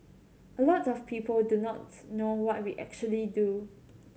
a lot of people do not know what we actually do